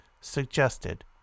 suggested